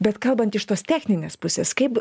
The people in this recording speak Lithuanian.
bet kalbant iš tos techninės pusės kaip